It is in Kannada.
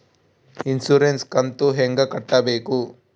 ಇನ್ಸುರೆನ್ಸ್ ಕಂತು ಹೆಂಗ ಕಟ್ಟಬೇಕು?